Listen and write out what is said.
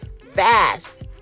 fast